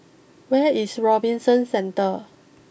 where is Robinson Centre